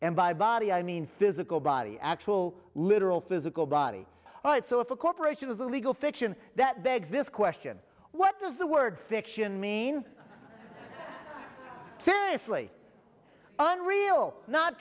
and by body i mean physical body actual literal physical body all right so if a corporation is a legal fiction that begs this question what does the word fiction mean seriously unreal not